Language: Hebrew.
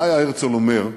מה היה הרצל אומר,